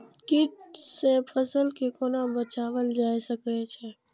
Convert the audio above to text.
कीट से फसल के कोना बचावल जाय सकैछ?